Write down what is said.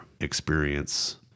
experience